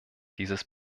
dieses